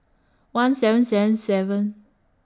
one seven seven seven